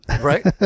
Right